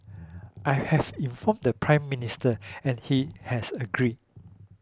I have informed the Prime Minister and he has agreed